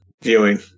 viewing